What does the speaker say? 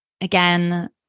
again